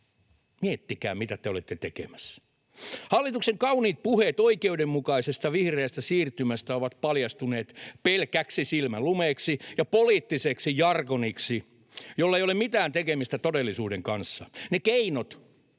Miettikää, mitä te olette tekemässä. Hallituksen kauniit puheet oikeudenmukaisesta vihreästä siirtymästä ovat paljastuneet pelkäksi silmänlumeeksi ja poliittiseksi jargoniksi, jolla ei ole mitään tekemistä todellisuuden kanssa. Ne keinot,